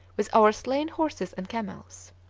with our slain horses and camels.